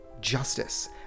justice